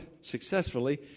successfully